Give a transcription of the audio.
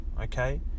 Okay